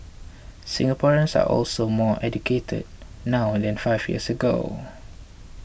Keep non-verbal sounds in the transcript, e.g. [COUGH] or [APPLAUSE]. Singaporeans are also more educated now [HESITATION] than five years ago